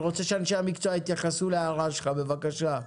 אני רוצה שאנשי המקצוע יתייחסו להערה שלך, בבקשה.